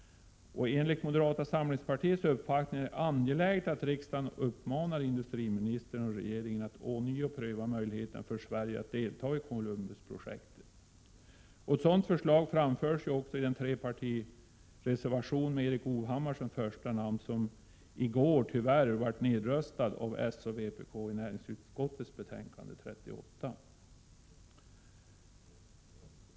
Enligt moderata samlingspartiets uppfattning är det angeläget att riksdagen uppmanar industriministern och regeringen att ånyo pröva möjlig heterna för Sverige att delta i Columbusprojektet. Ett sådant förslag framförs också i en trepartireservation med Erik Hovhammar som första namn, en reservation som i går tyvärr blev nedröstad av socialdemokraterna och vpk. Reservationen återfinns i näringsutskottets betänkande 38.